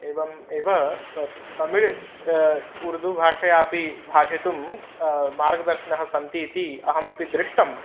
एवम् एव तमिळ् उर्दु भाषयापि भाषितुं मार्गदर्शिनः सन्ति इति अहमपि दृष्टम्